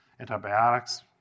antibiotics